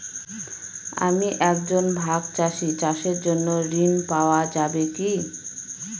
আমি একজন ভাগ চাষি চাষের জন্য ঋণ পাওয়া যাবে কি?